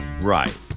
Right